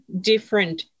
different